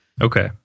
Okay